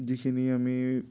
যিখিনি আমি